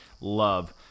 Love